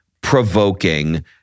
provoking